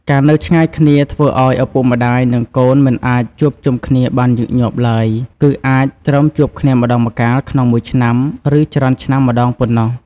ការនៅឆ្ងាយគ្នាធ្វើឱ្យឪពុកម្ដាយ និងកូនមិនអាចជួបជុំគ្នាបានញឹកញាប់ឡើយ គឺអាចត្រឹមជួបគ្នាម្ដងម្កាលក្នុងមួយឆ្នាំ ឬច្រើនឆ្នាំម្ដងប៉ុណ្ណោះ។